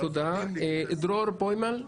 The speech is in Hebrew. דרור בוימל.